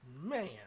man